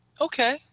Okay